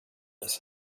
das